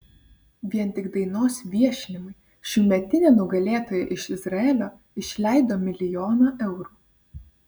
vien tik dainos viešinimui šiųmetinė nugalėtoja iš izraelio išleido milijoną eurų